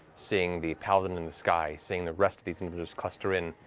seeing the paladin in the sky, seeing the rest of these individuals cluster in,